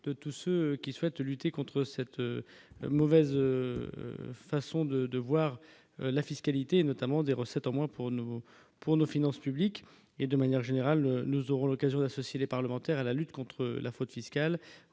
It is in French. de tous ceux qui souhaitent lutter contre cette mauvaise façon de de voir la fiscalité notamment des recettes en moins pour nous, pour nos finances publiques et de manière générale, nous aurons l'occasion d'associer les parlementaires à la lutte contre la fraude fiscale